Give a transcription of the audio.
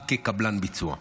רק כקבלן ביצוע.